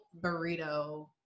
burrito